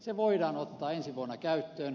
se voidaan ottaa ensi vuonna käyttöön